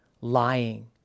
lying